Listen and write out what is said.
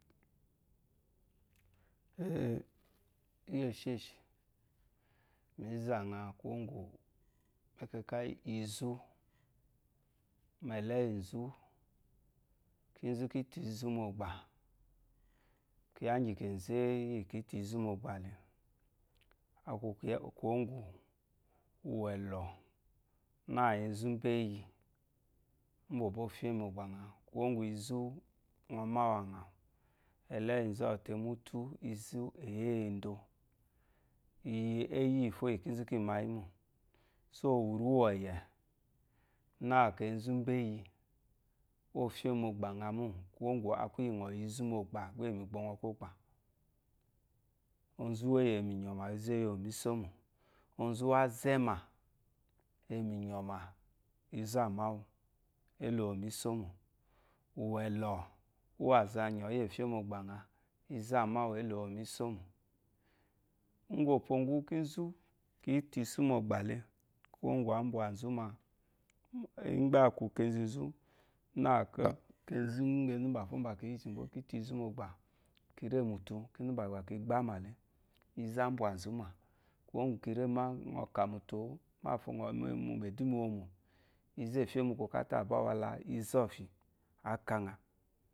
íyì èshêshì, mǐ zà ŋa kwuwó ŋgwù mu ɛkɛkà yí izú mu ɛ̀lɔ́yì nzú, kinzú ki tà izú mu ɔgbà. Kyiya íŋgyì kènzé íyì kǐ tà izú mu ɔgbà le, a kwu kwuwó ŋgwù ùwɛllɔ̀ nâ enzu úmbéyi ú bà ò bóo fyé mu ɔ̀gbà ŋa. Kwuwó ŋgwù izú ŋɔ má wu à ŋà wù ɛ̀lɔ́yì nzú ɔɔ̀ te mu útú, izú è yi éyi endo. I yi éyi íyìfo íyì kínzù kíi má yi mô. Ùrúwɔ́yɛ̀ nâ kenzu enzúmbéyi óo fyé mu ɔ̀gbà ŋa mô, kwuwó ŋgwù. a kwu yì ŋɔ yi izú mu ɔgbà, gbá è yi mu igbo ŋɔ kwɔgbà, onzu úwéyi è yi mu ìnyɔ̀mà izú é ye wu mísómò. Onzu úwù á zɛ́mà, è yi mu ìnyɔ̀mà izú á má wu, ě lò wu ò mu isómò, ùwɛ̀llɔ̀ úwù a zɛ à nyò íyì fyé mu ɔgbà ŋa, izú à má wu, ě lò wu mu ísómò. Úŋgwù òpo ŋgwú kínzú kǐ tà izú mu ɔgbà le, kwuwó ŋgwù ǎ mbwà nzú mà. Ḿ gbá a kwu kenzu nzú kí tà izú mu ɔgbà. Ki rê mùtu, úmbà gbà ki gbámà le, izú á mbwà nzú mà. ŋɔ̀ kà mùtu ô, mâfo nɔ̀ yi mu ɛ̀dúmà iwomò, izù è fyé mu kwɔ̀kátá à báa wa la izɔ̂fyì ǎ ka ŋa.